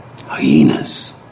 hyenas